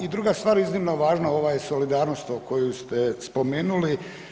I druga stvar iznimno važna ova je solidarnost koju ste spomenuli.